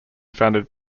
founded